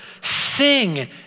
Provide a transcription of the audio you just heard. Sing